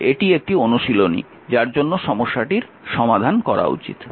এটি একটি অনুশীলনী যার জন্য সমস্যাটির সমাধান করা উচিত